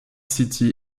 city